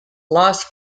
lost